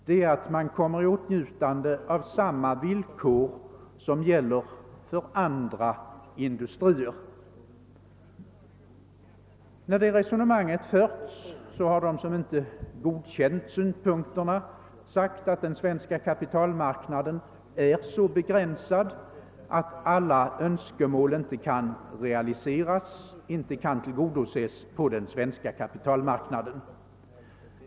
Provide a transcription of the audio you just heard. Det är att man kommer i åtnjutande av samma villkor som gäller för andra låntagare. När det resonemanget har förts har de som inte godkänt dessa synpunkter sagt att den svenska kapitalmarknaden är så begränsad att alla önskemål inte kan realiseras och inte heller kan tillgodoses på den svenska kapitalmarknaden.